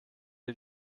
die